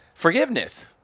Forgiveness